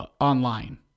online